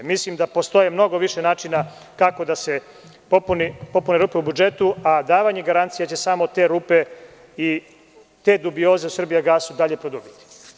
Mislim da postoji mnogo više načina kako da se popune rupe u budžetu, a davanje garancija će samo te rupe i te dubioze u „Srbijagasu“ produbiti.